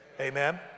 Amen